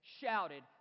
shouted